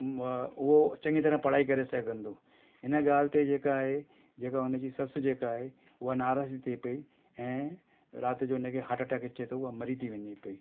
उहो चङी तरह पढ़ाई करे सघंदो इन ॻाल्हि ते जेका आहे जेका उनजी ससु जेका आहे उहा नाराज़ थिए पई ऐं राति जो उनखे हार्ट अटैक अचे थो उहा मरी थी वञे पई